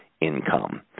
income